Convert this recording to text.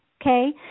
okay